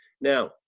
Now